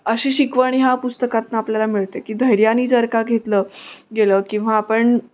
अशी शिकवण ह्या पुस्तकातून आपल्याला मिळते की धैर्याने जर का घेतलं गेलं किंवा आपण